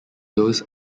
those